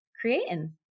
creating